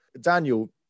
Daniel